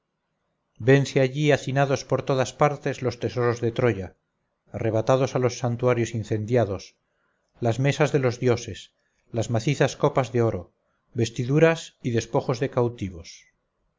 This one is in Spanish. vense allí hacinados por todas partes los tesoros de troya arrebatados a los santuarios incendiados las mesas de los dioses macizas copas de oro vestiduras y despojos de cautivos